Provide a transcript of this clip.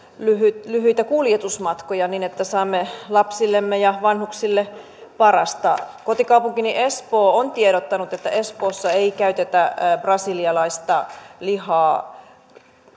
lyhyitä lyhyitä kuljetusmatkoja niin että saamme lapsillemme ja vanhuksille parasta kotikaupunkini espoo on tiedottanut että espoossa ei käytetä brasilialaista lihaa